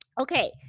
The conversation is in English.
Okay